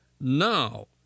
now